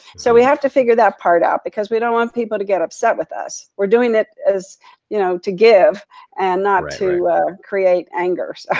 so we have to figure that part out, because we don't want people to get upset with us. we're doing it you know to give and not to create anger.